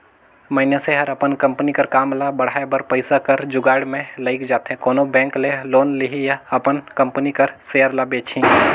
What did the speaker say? मइनसे हर अपन कंपनी कर काम ल बढ़ाए बर पइसा कर जुगाड़ में लइग जाथे कोनो बेंक ले लोन लिही या अपन कंपनी कर सेयर ल बेंचही